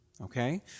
okay